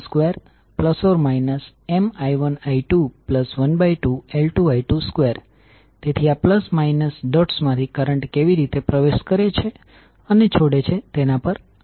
આમ જો આપણે કોઈલ 1 માંથી ઉત્પન્ન થતા વોલ્ટેજ નું સમીકરણ લખવું હોય તો v1N1d1dtN1d1di1di1dtL1di1dt જ્યાં i1એ કોઈલ 1 માંથી પસાર થતો કરંટ અને L1એ કોઈલ 1 નું સેલ્ફ ઈન્ડકટન્સ છે